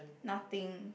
nothing